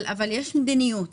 אבל יש מדיניות.